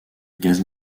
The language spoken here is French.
gaz